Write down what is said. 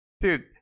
Dude